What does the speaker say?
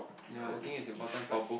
ya I think it's important for both